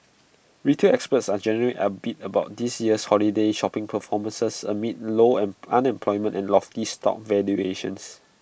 retail experts are generally upbeat about this year's holiday shopping performances amid low and unemployment and lofty stock valuations